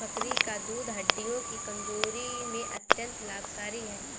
बकरी का दूध हड्डियों की कमजोरी में अत्यंत लाभकारी है